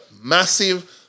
massive